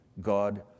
God